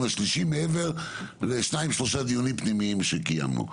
השלישי מעבר לשניים-שלושה דיונים פנימיים שקיימנו.